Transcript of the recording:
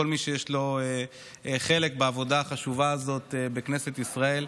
כל מי שיש לו חלק בעבודה החשובה הזאת בכנסת ישראל,